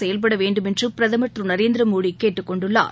செயல்பட வேண்டுமென்று பிரதம் திரு நரேந்திரமோடி கேட்டுக் கொண்டுள்ளார்